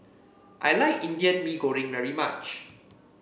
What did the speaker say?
I like Indian Mee Goreng very much